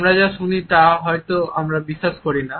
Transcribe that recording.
আমরা যা শুনি তা হয়তো আমরা বিশ্বাস করি না